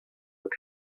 were